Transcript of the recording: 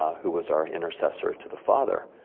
who was our intercessor to the father.